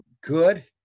good